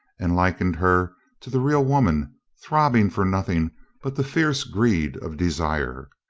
and likened her to the real woman, throb bing for nothing but the fierce greed of desire.